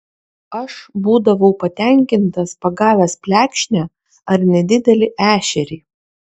aš būdavau patenkintas pagavęs plekšnę ar nedidelį ešerį